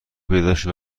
پیداشد